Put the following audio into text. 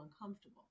uncomfortable